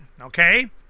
Okay